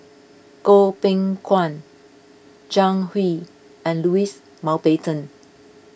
Goh Beng Kwan Zhang Hui and Louis Mountbatten